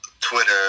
Twitter